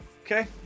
Okay